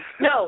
No